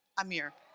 amir.